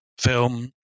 film